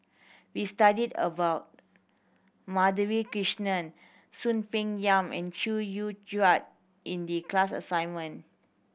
we studied about Madhavi Krishnan Soon Peng Yam and Chew Joo in the class assignment